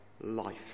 life